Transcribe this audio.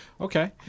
Okay